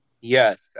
Yes